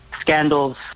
scandals